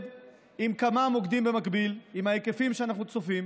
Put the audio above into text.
עם כמה מוקדים במקביל בהיקפים שאנחנו צופים.